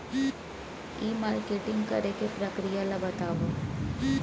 ई marketing करे के प्रक्रिया ला बतावव?